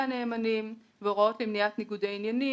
הנאמנים והוראות למניעת ניגודי עניינים,